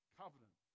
covenant